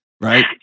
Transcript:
right